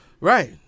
Right